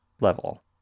level